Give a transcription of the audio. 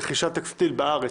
טקסטיל בארץ,